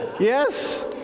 Yes